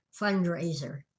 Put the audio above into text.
fundraiser